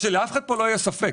שלאף אחד כאן לא יהיה ספק.